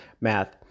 math